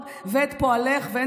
אני מכבדת אותך מאוד ואת פועלך.